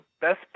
best